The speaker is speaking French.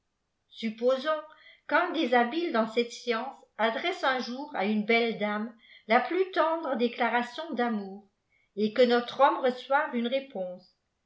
supposons qu'un des habiles dans cette science adresse un jour à une belle dame la plus tendre déclaration d'amour et que notre homme reçoive une réponse